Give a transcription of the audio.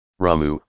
Ramu